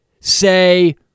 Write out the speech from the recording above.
say